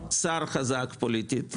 יהיה שר חזק פוליטית,